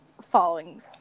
following